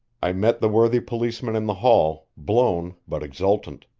i met the worthy policeman in the hall, blown but exultant.